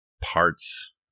parts